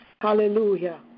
Hallelujah